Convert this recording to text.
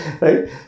right